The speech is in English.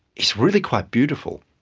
it's really quite beautiful.